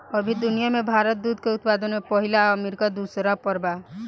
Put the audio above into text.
अभी दुनिया में भारत दूध के उत्पादन में पहिला आ अमरीका दूसर पर बा